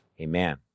Amen